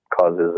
causes